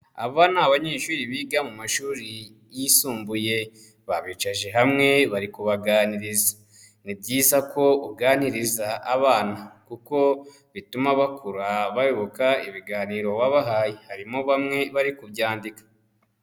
Aba ni abanyeshuri biga mu mashuri yisumbuye, babicaje hamwe bari kubaganiriza. Ni byiza ko uganiriza abana, kuko bituma bayoboka ibiganiro wabahaye, harimo bamwe bari kubyandika.